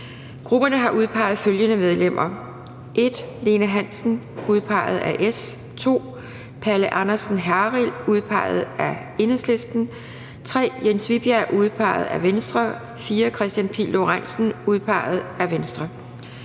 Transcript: Grupperne har udpeget følgende medlemmer: Medlemmer: 1. Lene Hansen (udpeget af S) 2. Pelle Andersen-Harrild (udpeget af EL) 3. Jens Vibjerg (udpeget af V) 4. Kristian Pihl Lorentzen (udpeget af V)